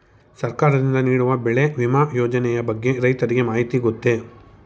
ಸರ್ಕಾರದಿಂದ ನೀಡುವ ಬೆಳೆ ವಿಮಾ ಯೋಜನೆಯ ಬಗ್ಗೆ ರೈತರಿಗೆ ಮಾಹಿತಿ ಗೊತ್ತೇ?